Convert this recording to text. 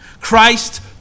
Christ